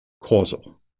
causal